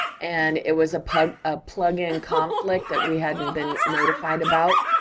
and it was a plugin ah plugin conflict that we hadn't been notified about,